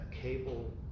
cable